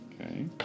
Okay